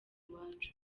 iwacu